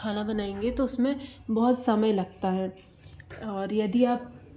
खाना बनाएंगे तो उस में बहुत समय लगता है और यदि आप